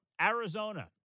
Arizona